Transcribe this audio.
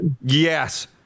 yes